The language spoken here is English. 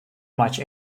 much